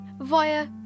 via